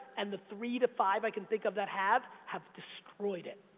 and the three to five i can think of that have, have destroyed it.